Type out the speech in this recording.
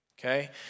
Okay